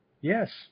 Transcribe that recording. yes